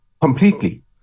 Completely